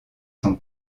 son